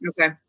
Okay